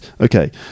Okay